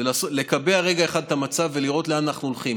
זה לקבע רגע אחד את המצב ולראות לאן אנחנו הולכים.